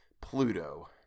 Pluto